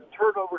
turnover